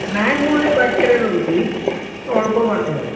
ନାଇଁ ମୁଁ ଏଇ ପାଖରେ ରହୁଛି ଅଳ୍ପ ବାଟ ହେବ